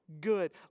good